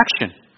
action